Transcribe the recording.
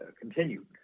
continued